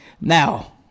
Now